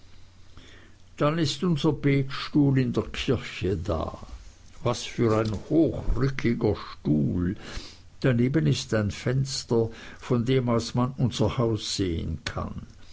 dann ist unser betstuhl in der kirche da was für ein hochrückiger stuhl daneben ist ein fenster von dem aus man unser haus sehen kann